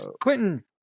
Quentin